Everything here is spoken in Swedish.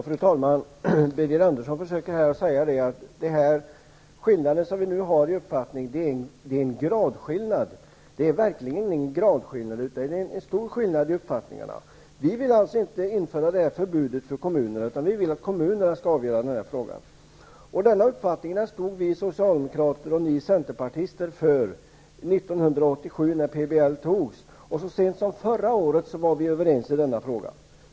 Fru talman! Birger Andersson försöker här säga att skillnaden i uppfattning mellan oss är en gradskillnad. Det är verkligen ingen gradskillnad, utan en stor skillnad mellan uppfattningarna. Vi vill inte att detta förbud för kommunerna införs, utan vi vill att denna fråga skall avgöras av kommunerna. Denna uppfattning stod vi socialdemokrater och ni centerpartister för 1987, när PBL antogs, och vi var så sent som förra året överens i denna fråga.